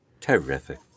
terrific